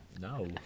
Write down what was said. No